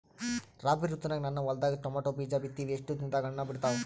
ರಾಬಿ ಋತುನಾಗ ನನ್ನ ಹೊಲದಾಗ ಟೊಮೇಟೊ ಬೀಜ ಬಿತ್ತಿವಿ, ಎಷ್ಟು ದಿನದಾಗ ಹಣ್ಣ ಬಿಡ್ತಾವ?